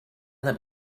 them